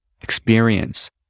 experience